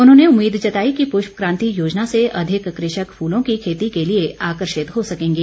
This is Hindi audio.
उन्होंने उम्मीद जताई कि पृष्प क्रांति योजना से अधिक कृषक फूलों की खेती के लिए आकर्षित हो सकेंगे